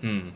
mm